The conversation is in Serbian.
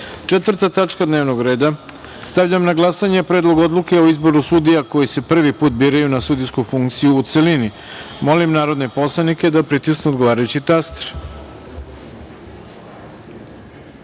tačka dnevnog reda. Stavljam na glasanje Predlog odluke o izboru sudija koji se prvi put biraju na sudijsku funkciju, u celini. Molim poslanike da pritisnu odgovarajući taster